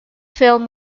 film